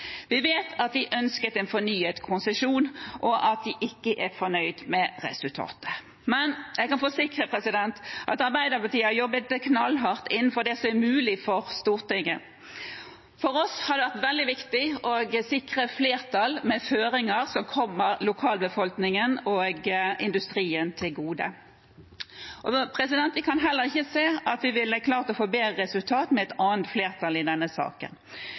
Vi vet at de ønsket en fornyet konsesjon, og at de ikke er fornøyd med resultatet. Jeg kan forsikre om at Arbeiderpartiet har jobbet knallhardt innenfor det som er mulig for Stortinget. For oss har det vært veldig viktig å sikre flertall med føringer som kommer lokalbefolkningen og industrien til gode. Vi kan heller ikke se at vi ville klart å få et bedre resultat med et annet flertall i denne saken.